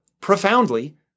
profoundly